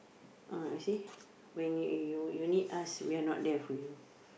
uh you see when you you you need us we are not there for you